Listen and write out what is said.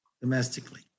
domestically